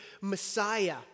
Messiah